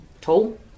tall